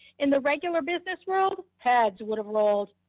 in the regular business world, heads would've rolled.